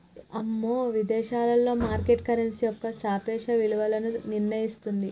అమ్మో విదేశాలలో market currency యొక్క సాపేక్ష విలువను నిర్ణయిస్తుంది